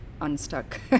unstuck